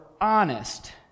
honest